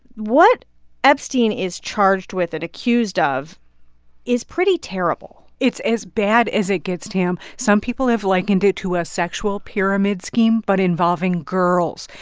what epstein is charged with and accused of is pretty terrible it's as bad as it gets, tam. some people have likened it to a sexual pyramid scheme but involving girls,